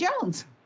Jones